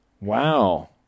Wow